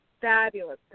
fabulous